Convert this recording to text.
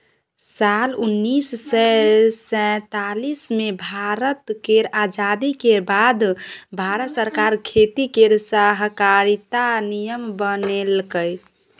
साल उन्नैस सय सैतालीस मे भारत केर आजादी केर बाद भारत सरकार खेती केर सहकारिता नियम बनेलकै